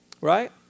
Right